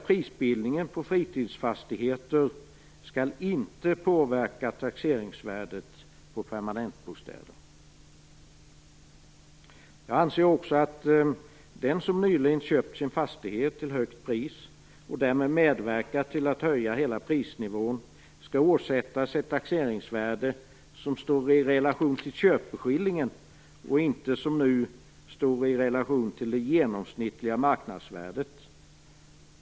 Prisbildningen på fritidsfastigheter skall alltså inte påverka taxeringsvärdet på permanentbostäder. Jag anser också att den som nyligen köpt sin fastighet till högt pris och därmed medverkat till att höja hela prisnivån skall åsättas ett taxeringsvärde som står i relation till köpeskillingen och inte som nu till det genomsnittliga marknadsvärdet.